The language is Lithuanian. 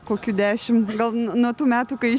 kokių dešimt gal nuo tų metų kai